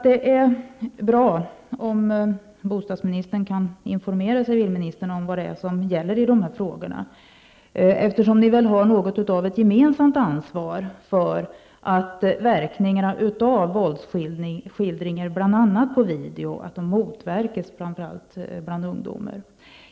Det är bra om bostadsministern kan informera civilministern om vad som gäller i dessa frågor, eftersom ni väl har något av ett gemensamt ansvar för att verkningarna av våldsskildringar på bl.a. video motverkas, framför allt bland ungdomar.